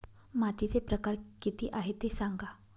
मातीचे प्रकार किती आहे ते सांगा